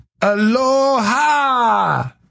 Aloha